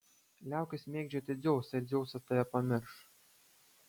liaukis mėgdžioti dzeusą ir dzeusas tave pamirš